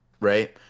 Right